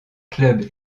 clubs